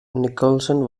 nicholson